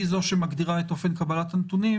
היא זו שמגדירה את אופן קבלת הנתונים,